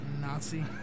Nazi